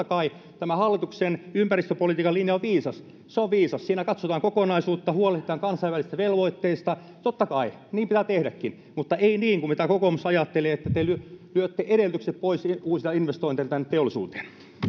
kai tämä hallituksen ympäristöpolitiikan linja on viisas se on viisas siinä katsotaan kokonaisuutta ja huolehditaan kansainvälisistä velvoitteista totta kai niin pitää tehdäkin mutta ei niin kuin mitä kokoomus ajattelee te lyötte edellytykset pois uusilta investoinneilta tänne teollisuuteen